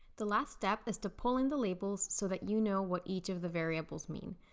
the last step is to pull in the labels so that you know what each of the variables mean,